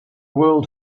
world